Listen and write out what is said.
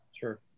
Sure